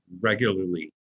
regularly